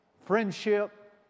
friendship